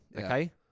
Okay